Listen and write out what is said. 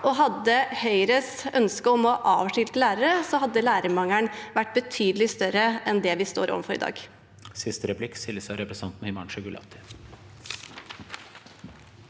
Hadde Høyres ønske om å avskilte lærere blitt oppfylt, hadde lærermangelen vært betydelig større enn det vi står overfor i dag.